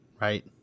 right